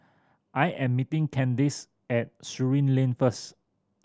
I am meeting Candace at Surin Lane first